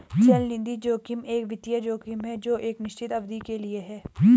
चलनिधि जोखिम एक वित्तीय जोखिम है जो एक निश्चित अवधि के लिए है